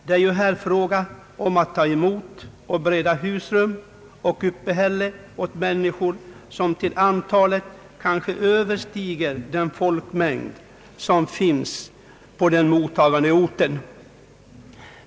Det är ju här fråga om att ta emot och att bereda husrum och uppehälle åt människor som till antalet kanske överstiger den folkmängd som finns på den mottagande orten.